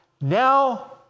Now